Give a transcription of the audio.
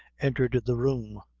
entered the room,